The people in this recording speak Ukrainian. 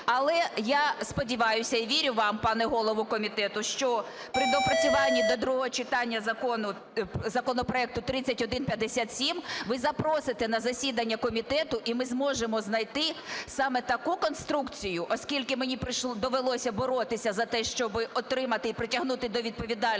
Але я сподіваюсь і вірю вам, пане голово комітету, що при доопрацюванні до другого читання законопроекту 3157 ви запросите на засідання комітету. І ми зможемо знайти саме таку конструкцію, оскільки мені довелось боротися за те, щоб отримати і притягнути до відповідальності